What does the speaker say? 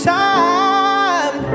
time